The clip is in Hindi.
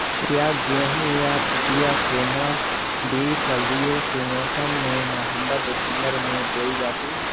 क्या गेहूँ या पिसिया सोना बीज सर्दियों के मौसम में नवम्बर दिसम्बर में बोई जाती है?